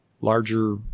larger